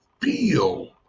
feel